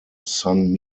sun